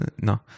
no